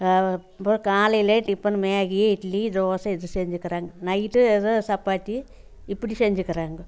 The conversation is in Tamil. இப்போ காலையில் டிபன் மேகி இட்லி தோசை இது செஞ்சிருக்கிறாங்க நைட்டு எதோ சப்பாத்தி இப்படி செஞ்சுக்கிறாங்க